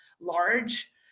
large